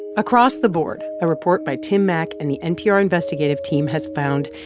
across the board, a report by tim mak and the npr investigative team has found,